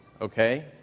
okay